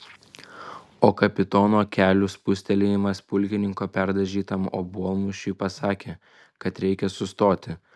o kapitono kelių spustelėjimas pulkininko perdažytam obuolmušiui pasakė kad reikia sustoti